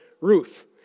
Ruth